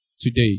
today